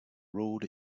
road